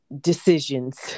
decisions